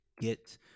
get